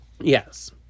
Yes